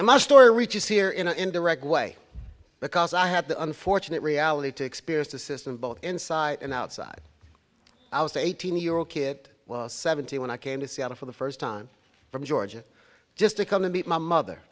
much story reaches here in an indirect way because i had the unfortunate reality to experience the system both inside and outside i was eighteen year old kid seventeen when i came to seattle for the first time from georgia just to come and meet my mother